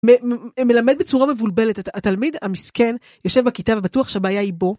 מלמד בצורה מבולבלת, התלמיד המסכן יושב בכיתה ובטוח שבעיה היא בו.